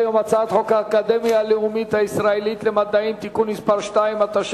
הצעת חוק לתיקון פקודת מס הכנסה (תרומת זיכוי ממס),